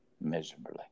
miserably